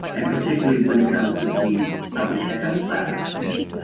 and particularly when it comes to the public health side of things.